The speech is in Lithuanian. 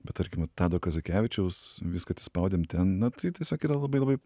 bet tarkim va tado kazakevičiaus viską atsispaudėm na tai tiesiog yra labai labai